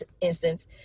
instance